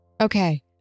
Okay